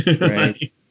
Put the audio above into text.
Right